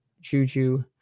Juju